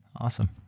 Awesome